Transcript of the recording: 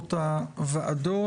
באולמות הוועדות.